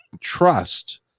trust